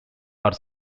are